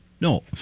No